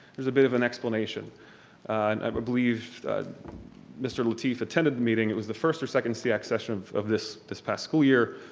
there's a bit of an explanation and i believe mr. lateef attended the meeting. it was the first or second seac session of of this this past school year.